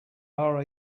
are